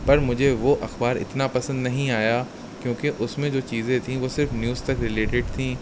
پر مجھے وہ اخبار اتنا پسند نہیں آیا کیوں کہ اس میں جو چیزیں تھیں وہ صرف نیوز تک ریلیڈیڈ تھیں